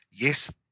Yes